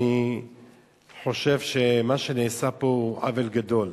אני חושב שמה שנעשה פה הוא עוול גדול.